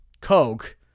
Coke